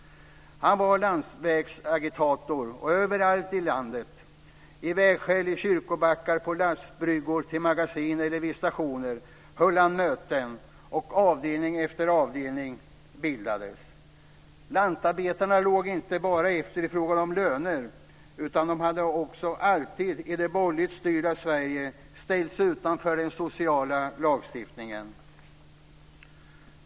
Han var landsvägsagitator. Överallt i landet, i vägskäl, på kyrkbackar, på lastbryggor till magasin eller vid stationer höll han möten, och avdelning efter avdelning bildades. Lantarbetarna låg inte bara efter i fråga om löner, utan de hade också alltid ställts utanför den sociala lagstiftningen i det borgerligt styrda Sverige.